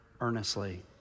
earnestly